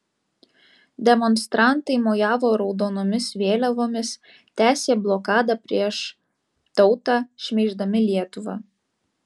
demonstrantai mojavo raudonomis vėliavomis tęsė blokadą prieš tautą šmeiždami lietuvą